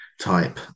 type